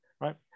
right